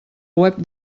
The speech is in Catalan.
web